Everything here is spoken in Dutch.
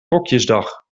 rokjesdag